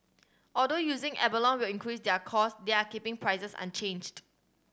although using abalone will increase their cost they are keeping prices unchanged